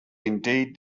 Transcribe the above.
indeed